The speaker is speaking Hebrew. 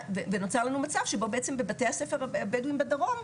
ונוצר לנו מצב שבו בעצם בבתי הספר הבדואים בדרום,